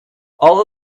all